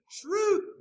Truth